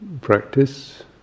practice